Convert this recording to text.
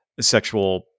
sexual